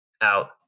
out